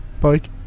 bike